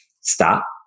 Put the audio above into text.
stop